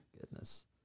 goodness